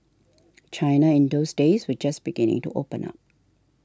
China in those days was just beginning to open up